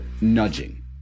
nudging